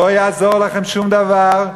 לא יעזור לכם שום דבר.